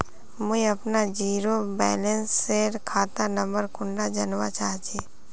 मुई अपना zero balance सेल खाता नंबर कुंडा जानवा चाहची?